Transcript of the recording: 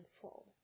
fall